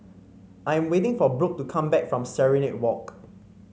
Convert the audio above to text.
I am waiting for Brook to come back from Serenade Walk